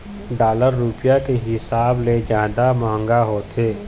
dollar रुपया के हिसाब ले जादा मंहगा होथे